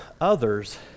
others